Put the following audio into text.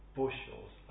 bushels